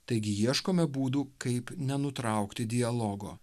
taigi ieškome būdų kaip nenutraukti dialogo